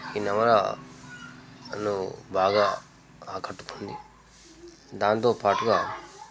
ఈ నవల నన్ను బాగా ఆకట్టుకుంది దాంతో పాటుగా